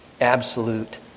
absolute